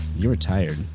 you were tired.